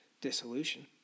dissolution